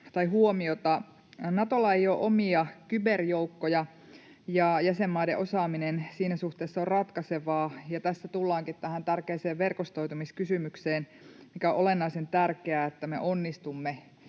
tai huomiota. Natolla ei ole omia kyberjoukkoja, ja jäsenmaiden osaaminen siinä suhteessa on ratkaisevaa. Tässä tullaankin tähän tärkeään verkostoitumiskysymykseen, mikä on olennaisen tärkeää, että me onnistumme